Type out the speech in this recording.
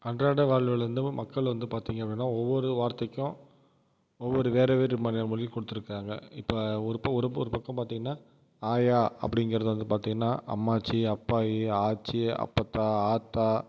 அன்றாட வாழ்வுல வந்து மக்கள் வந்து பார்த்தீங்க அப்படின்னா ஒவ்வொரு வார்த்தைக்கும் ஒவ்வொரு வேறு வேறுமான மொழி கொடுத்துருக்காங்க இப்போ ஒரு ப ஒரு ஒரு பக்கம் பார்த்தீங்கன்னா ஆயா அப்படிங்கறத வந்து பார்த்தீங்கன்னா அம்மாச்சி அப்பாயி ஆச்சி அப்பத்தா ஆத்தா